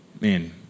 man